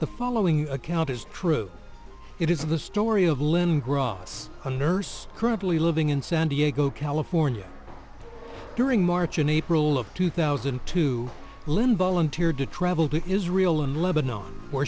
the following account is true it is the story of lynn grosse a nurse currently living in san diego california during march and april of two thousand and two lynn volunteered to travel to israel in lebanon where